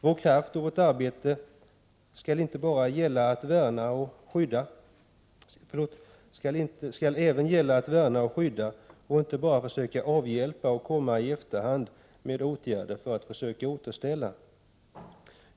Vår kraft och vårt arbete skall ha till syfte att värna och skydda, inte bara försöka avhjälpa och i efterhand sätta in åtgärder för att försöka återställa.